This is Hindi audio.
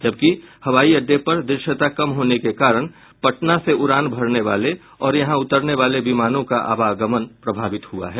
जबकि हवाई अड्डे पर दृश्यता कम होने के कारण पटना से उड़ान भरने वाले और यहां उतरने वाले विमानों का आवागमन प्रभावित हुआ है